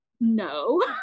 no